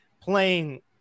playing